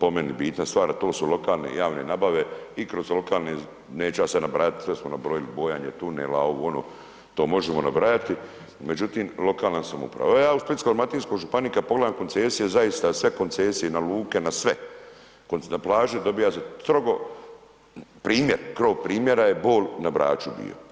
po meni bitna stvar a to su lokalne i javne nabave i kroz lokalne, neću ja sad nabrajati, sve smo nabrojali, bojanje tunela, ovo ono, to možemo nabrajati, međutim lokalna samouprava, evo ja u Splitsko-dalmatinskoj županiji kada pogledam koncesije, zaista sve koncesije i na luke i na sve, na plaži dobiva za strogo, primjer, gro primjera je Bol na Braču bio.